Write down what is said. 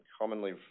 commonly